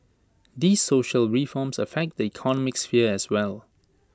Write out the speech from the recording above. these social reforms affect the economic sphere as well